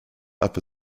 upper